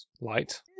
Light